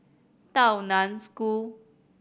Tao Nan School